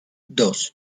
dos